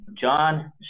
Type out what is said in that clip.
john